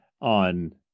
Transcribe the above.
on